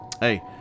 Hey